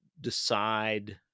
decide